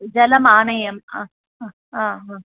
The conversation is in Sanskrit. जलमानयं हा हा हा